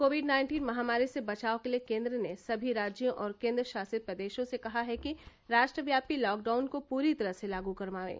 Covid nineteen महामारी से बचाव के लिए केन्द्र ने सभी राज्यों और केन्द्र शासित प्रदेशों से कहा है कि राष्ट्रव्यापी लॉकडाउन को पूरी तरह से लागू करवाएं